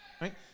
Right